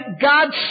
God